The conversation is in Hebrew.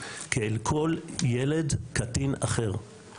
כאל כל ילד קטין אחר.